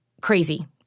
crazy